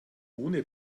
ohne